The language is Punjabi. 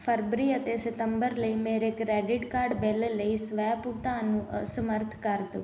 ਫਰਵਰੀ ਅਤੇ ਸਤੰਬਰ ਲਈ ਮੇਰੇ ਕਰੇਡਿਟ ਕਾਰਡ ਬਿੱਲ ਲਈ ਸਵੈ ਭੁਗਤਾਨ ਨੂੰ ਅਸਮਰੱਥ ਕਰ ਦਿਉ